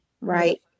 right